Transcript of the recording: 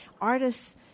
artists